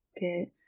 get